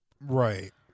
Right